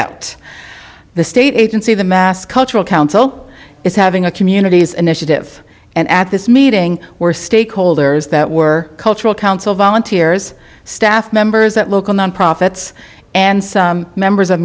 out the state agency the mass cultural council is having a community's initiative and at this meeting we're stakeholders that were cultural council volunteers staff members that local nonprofits and members of